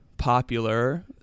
Popular